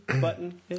Button